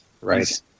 right